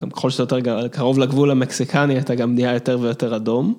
כל שיותר קרוב לגבול המקסיקני אתה גם נהיה יותר ויותר אדום.